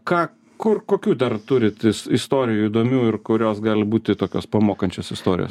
ką kur kokių dar turit istorijų įdomių ir kurios gali būti tokios pamokančios istorijos